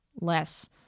less